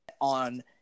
on